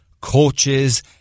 coaches